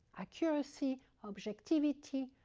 accuracy, objectivity,